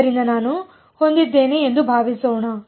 ಆದ್ದರಿಂದ ನಾನು ಹೊಂದಿದ್ದೇನೆ ಎಂದು ಭಾವಿಸೋಣ